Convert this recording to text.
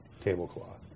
tablecloth